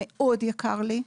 מאוד יקר לי,